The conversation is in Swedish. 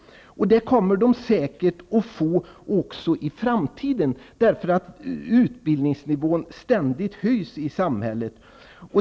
Det kommer de säker att få också i framtiden. Utbildningsnivån höjs nämligen ständigt i samhället.